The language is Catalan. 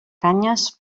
canyes